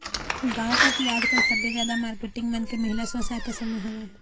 गांव कोती आजकल सबले जादा मारकेटिंग मन के महिला स्व सहायता समूह हवय